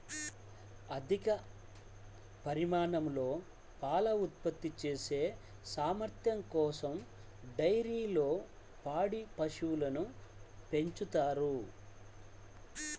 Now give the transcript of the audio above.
అధిక పరిమాణంలో పాలు ఉత్పత్తి చేసే సామర్థ్యం కోసం డైరీల్లో పాడి పశువులను పెంచుతారు